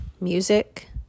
music